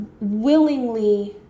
willingly